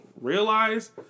realize